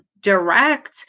direct